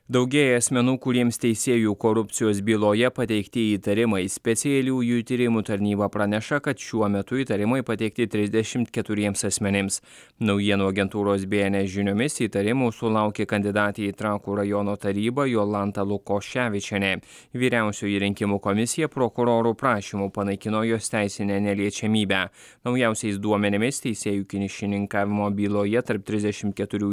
daugėja asmenų kuriems teisėjų korupcijos byloje pateikti įtarimai specialiųjų tyrimų tarnyba praneša kad šiuo metu įtarimai pateikti trisdešimt keturiems asmenims naujienų agentūros bns žiniomis įtarimų sulaukė kandidatė į trakų rajono tarybą jolanta lukoševičienė vyriausioji rinkimų komisija prokurorų prašymu panaikino jos teisinę neliečiamybę naujausiais duomenimis teisėjų kyšininkavimo byloje tarp trisdešim keturių